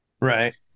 Right